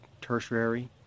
tertiary